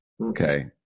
Okay